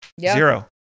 zero